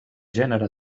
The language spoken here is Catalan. gènere